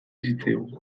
zitzaigun